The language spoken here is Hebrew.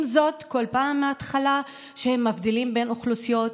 כל פעם מההתחלה שהם מבדילים בין אוכלוסיות,